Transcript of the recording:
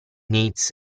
needs